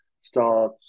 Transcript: start